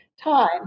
time